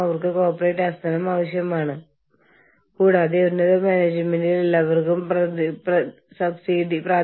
ആഗോള തന്ത്രം തീരുമാനിക്കുകയോ അല്ലെങ്കിൽ പ്രാദേശിക പ്രവർത്തനങ്ങളെയും മാനേജ്മെന്റിനെയും സ്വാധീനിക്കുകയോ ചെയ്യുന്നു